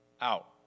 out